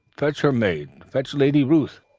fetch her maid fetch lady ruth